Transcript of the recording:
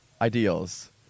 ideals